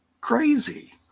crazy